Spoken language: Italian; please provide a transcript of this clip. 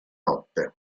notte